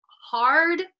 hard